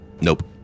Nope